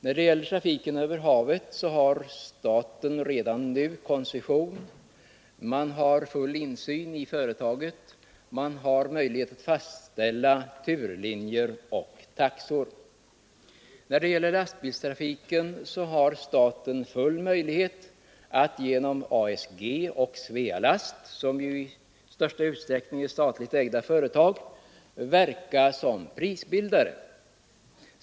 När det gäller trafiken över havet har staten redan nu att lämna koncession, man har full insyn i företaget som driver trafiken, man har möjlighet att fastställa turlinjer och taxor. Beträffande lastbilstrafiken har staten full möjlighet att genom ASG och Svelast, som ju i största utsträckning är statligt ägda företag, verka som prisbildare.